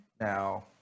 now